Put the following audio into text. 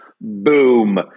boom